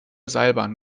seilbahn